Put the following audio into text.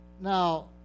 Now